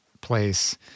place